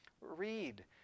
read